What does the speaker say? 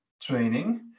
training